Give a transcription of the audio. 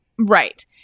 right